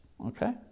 okay